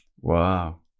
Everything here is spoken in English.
Wow